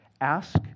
Ask